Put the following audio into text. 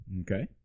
Okay